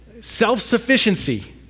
Self-sufficiency